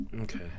Okay